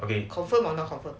confirm or not confirm